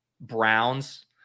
Browns